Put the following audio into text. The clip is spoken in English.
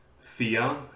fear